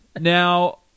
Now